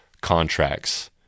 Contracts